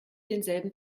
denselben